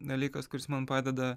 dalykas kuris man padeda